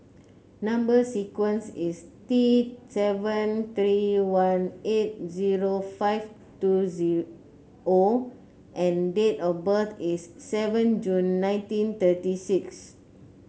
number sequence is T seven three one eight zero five two Z O and date of birth is seven June nineteen thirty six